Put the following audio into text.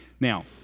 Now